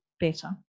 better